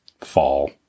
fall